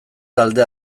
talde